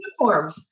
uniform